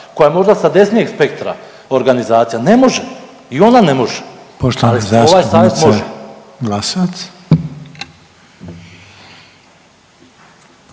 koja možda sa desnijeg spektra organizacija. Ne može i ona ne može. .../Upadica: Poštovana